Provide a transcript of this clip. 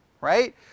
right